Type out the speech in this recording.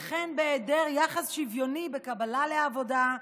וכן בהיעדר יחס שוויוני בקבלה לעבודה,